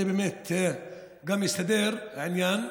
גם אם זה באמת מסתדר, העניין.